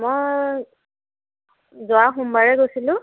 মই যোৱা সোমবাৰে গৈছিলোঁ